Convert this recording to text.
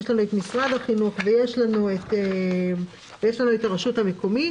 את משרד החינוך ואת הרשות המקומית,